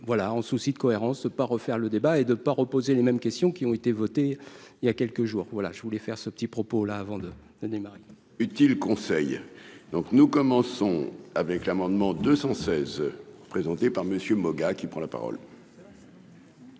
voilà en souci de cohérence pas refaire le débat et de pas reposé les mêmes questions qui ont été votées il y a quelques jours, voilà, je voulais faire ce petit propos là avant de démarrer. Utiles conseils donc nous commençons avec l'amendement 216 présenté par Messieurs Moga, qui prend la parole.